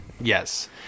Yes